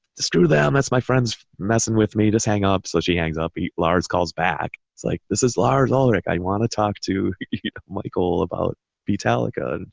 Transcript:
screw them. that's my friends messing with me. just hang up. so she hangs up, lars calls back, he's like, this is lars. ulrich i want to talk to michael about beatallica. and